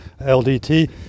LDT